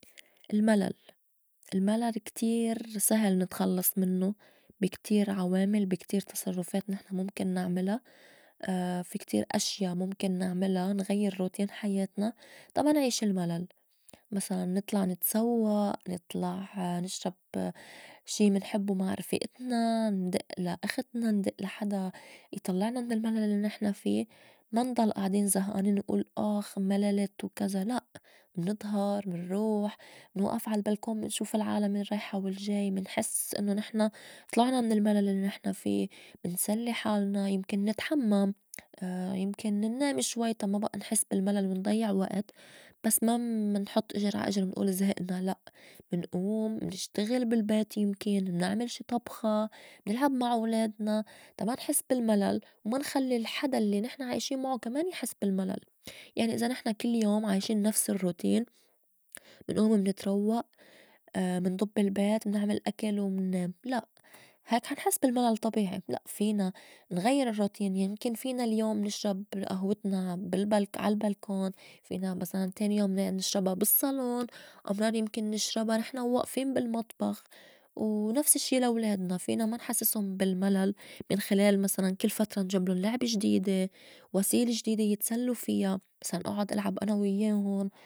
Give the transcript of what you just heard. الملل، الملل كتير سهل نتخلّص منّو بي كتير عوامل بي كتير تصرّفات نحن مُمكن نعملا في كتير أشيا مُمكن نعملا نغيّر روتين حياتنا تا ما نعيش الملل مسلاً: نطلع نتسوّق، نطلع نشرب شي منحبّو مع رفيئتنا، ندِئ لا أختنا ندِئ لا حدا يطلّعنا من الملل الّي نحن في، ما نضل آعدين زهئانين نئول آخ ملَلت وكزا لأ منضهر منروح منوئف عا البلكون منشوف العالم الرّايحة والجاي منحس إنّو نحن طلعنا من الملل الّي نحن في منسلّي حالنا، يمكن نتحمّم، يمكن انّام شوي تا ما بئى نحس بالملل ونضيّع وئت. بس ما منحُط إجر عا إجر منئول زهئنا لأ منئوم منشتغل بالبيت يمكن، منعمل شي طبخة، نلعب مع ولادنا، تا ما نحس بالملل وما نخلّي الحدا الّي نحن عايشين معو كمان يحس بالملل. يعني إذا نحن كل يوم عايشين نفس الرّوتين منئوم منتروّئ، منضّب البيت، منعمل أكل، ومنّام. لأ هيك حا نحس بالملل طبيعي لأ فينا نغيّر الرّوتين يمكن فينا اليوم نشرب أهوتنا بال- عالبلكون، فينا مسلاً تاني يوم لا نشربا بالصّالون أمرار يمكن نشربا نحن وائفين بالمطبخ. ونفس الشّي لا ولادنا فينا ما نحسّسُن بالملل من خلال مسلاً كل فترة نجبلُن لعبة جديدة وسيلة جديدة يتسلّو فيا مسلاً أعُّد العب انا ويّاهُن.